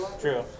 True